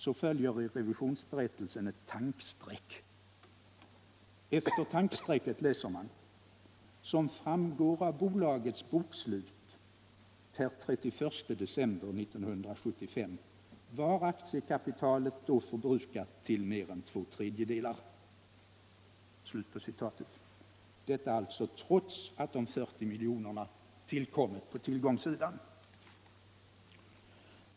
Efter det tankstreck som här finns i revisionsberättelsen läser man: ”som framgår av bolagets bokslut per 31 december 1975 var aktiekapitalet då förbrukat till mer än 2/3.” Detta alltså trots att de 40 miljonerna tillkommit på tillgångssidan!